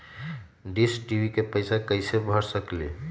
Dish TV के पैईसा कईसे भर सकली?